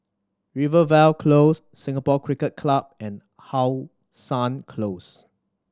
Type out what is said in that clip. Rivervale Close Singapore Cricket Club and How Sun Close